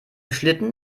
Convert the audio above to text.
schlitten